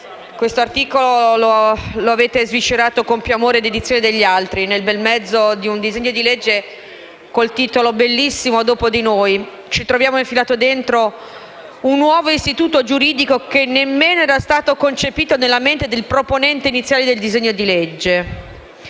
il *trust,* che avete sviscerato con più amore e dedizione degli altri. Nel bel mezzo di un disegno di legge che verrà ricordato con la bellissima espressione del "dopo di noi", ci troviamo infilato dentro un nuovo istituto giuridico che nemmeno era stato concepito nella mente del proponente iniziale del disegno di legge.